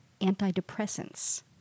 antidepressants